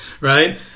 Right